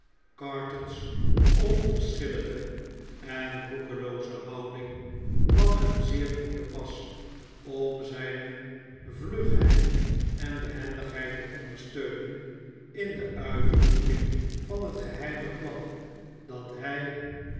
carton's onverschillige en roekelooze houding kwam hem zeer goed te pas om zpe vlugheid en behendigheid te ondersteunen in fte uitvoering van het geheime plan dat hg